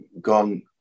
Gone